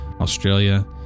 Australia